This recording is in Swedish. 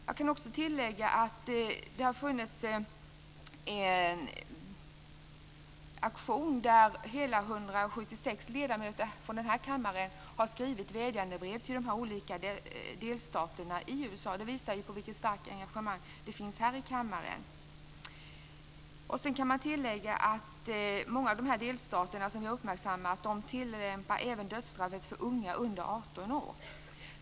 Jag kan också tillägga att det har varit en aktion. Hela 176 ledamöter av denna kammare har skrivit vädjande brev till de här olika delstaterna i USA. Detta visar på det starka engagemang som finns här i kammaren. Det kan också tilläggas att många av de delstater som vi har uppmärksammat även tillämpar dödsstraff för unga under 18 år.